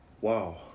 Wow